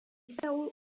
soul